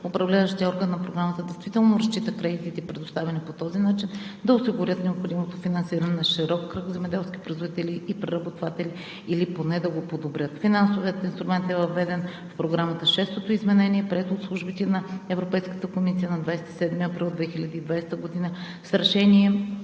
Управляващият орган на Програмата действително разчита кредитите, предоставени по този начин, да осигурят необходимото финансиране на широк кръг земеделски производители и преработватели или поне да го подобрят. Финансовият инструмент е въведен в Програмата с шестото изменение и е приет от службите на Европейската комисия на 27 април 2020 г. с Решение